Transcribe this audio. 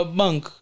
bank